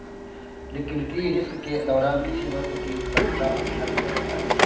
liquidity risk के दौरान किसी वस्तु की उपलब्धता पर ध्यान दिया जाता है